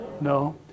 No